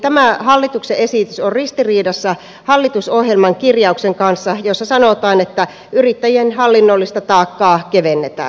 tämä hallituksen esitys on ristiriidassa hallitusohjelman kirjauksen kanssa jossa sanotaan että yrittäjien hallinnollista taakkaa kevennetään